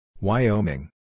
Wyoming